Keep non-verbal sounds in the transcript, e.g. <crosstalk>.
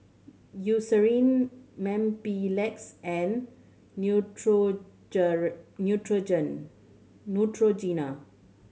Eucerin Mepilex and <unintelligible> Neutrogena